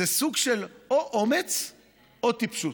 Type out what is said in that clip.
סוג של אומץ או טיפשות,